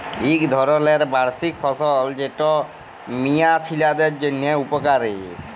ইক ধরলের বার্ষিক ফসল যেট মিয়া ছিলাদের জ্যনহে উপকারি